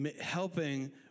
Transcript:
helping